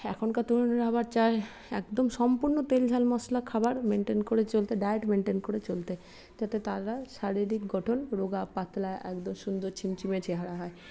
এখনকার তরুণীরা আবার চায় একদম সম্পূর্ণ তেল ঝাল মশলা খাওয়ার মেনটেন করে চলতে ডায়েট মেনটেন করে চলতে যাতে তারা শারীরিক গঠন রোগা পাতলা একদম সুন্দর ছিমছিমে চেহারা হয়